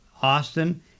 Austin